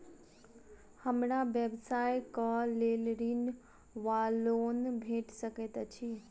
हमरा व्यवसाय कऽ लेल ऋण वा लोन भेट सकैत अछि?